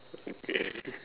you paid already